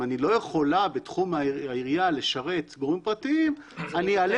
אם אני לא יכולה בתחום העירייה לשרת גורמים פרטיים אני אעלה